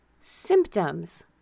Symptoms